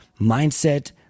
mindset